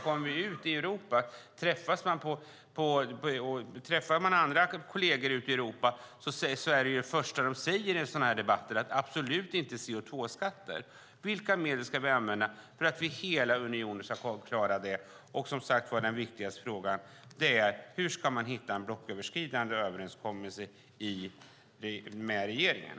När vi träffar kolleger i Europa är det första man säger i sådana här debatter: Absolut inte CO2-skatter! Vilka medel ska vi då använda för att hela unionen ska klara detta? Den viktigaste frågan är dock: Hur ska man nå en blocköverskridande överenskommelse med regeringen?